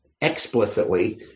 explicitly